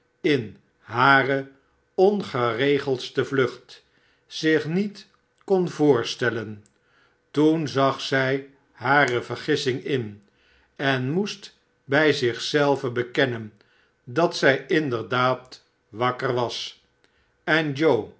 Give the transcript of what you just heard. in hare ongeregeldste vlucht zich niet kon voorstellen toen zag zij hare vergissing in en moest bij zich zelve bekennen dat zij inderdaad wakker was en joe